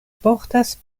portas